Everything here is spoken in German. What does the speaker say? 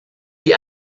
die